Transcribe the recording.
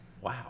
wow